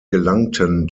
gelangten